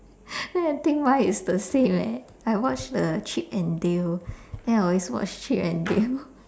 then I think mine is the same leh I watch the chip and dale then I always watch chip and dale